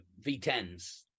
V10s